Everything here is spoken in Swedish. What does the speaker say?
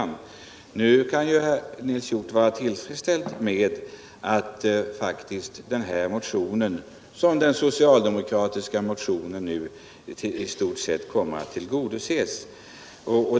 Nu kan Nils Hjorth vara tillfredsställd med att kravet i den här socialdemokratiska motionen faktiskt kommer att tillgodoses.